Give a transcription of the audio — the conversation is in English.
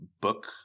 book